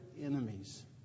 enemies